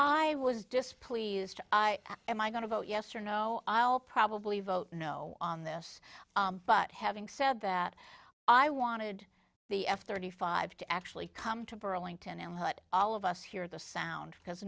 i was displeased i am i going to vote yes or no i'll probably vote no on this but having said that i wanted the f thirty five to actually come to burlington and what all of us hear the sound because